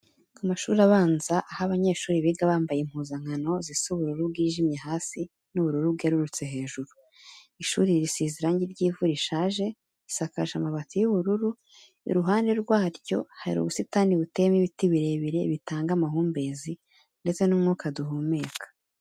Ku mashuri abanza aho abanyeshuri biga bambaye impuzankano zisa ubururu bwijimye hasi, ndetse n'ubururu bwerurutse hejuru. Ishuri risize irangi ry'ivu rishaje, risakaje amabati y'ubururu. Iruhande rwaryo hari ubusitani buteyemo ibiti birebire binini bitanga amahumbezi, ndetse n'umwuka duhumeka.